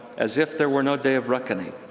as if there were no day of reckoning.